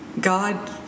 God